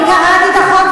אני קראתי את החוק,